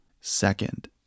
Second